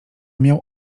miał